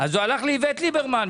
אז הוא הלך לאיווט ליברמן.